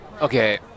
Okay